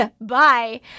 bye